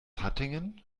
hattingen